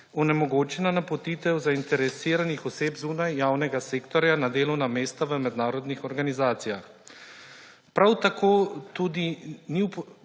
onemogočena napotitev zainteresiranih oseb zunaj javnega sektorja na delovna mesta v mednarodnih organizacijah. Prav tako se ni upoštevala